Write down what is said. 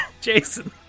Jason